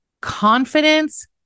Confidence